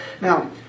Now